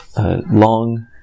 long